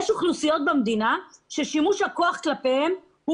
יש אוכלוסיות במדינה שיש אובר שימוש כוח כלפיהם.